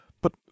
But